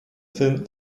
film